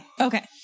Okay